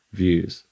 views